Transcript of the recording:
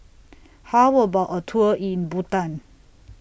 How about A Tour in Bhutan